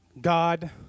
God